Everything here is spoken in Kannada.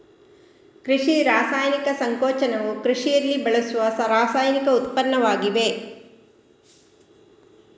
ಕೃಷಿ ರಾಸಾಯನಿಕ ಸಂಕೋಚನವು ಕೃಷಿಯಲ್ಲಿ ಬಳಸುವ ರಾಸಾಯನಿಕ ಉತ್ಪನ್ನವಾಗಿದೆ